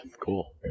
cool